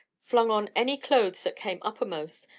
flung on any clothes that came uppermost,